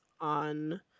on